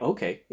Okay